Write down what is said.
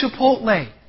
Chipotle